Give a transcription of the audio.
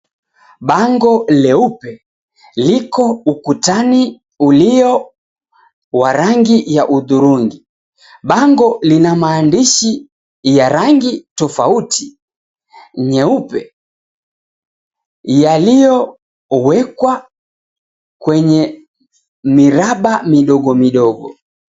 Bango leupe liko ukutani ulio wa rangi ya hudhurungi. Bango lina maandishi ya rangi tofauti nyeupe yaliyowekwa kwenye miraba midogo midogo.